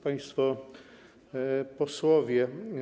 Państwo Posłowie!